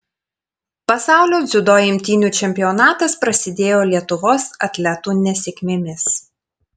pasaulio dziudo imtynių čempionatas prasidėjo lietuvos atletų nesėkmėmis